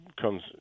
comes